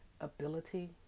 ability